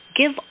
Give